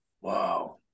Wow